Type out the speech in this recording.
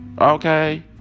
okay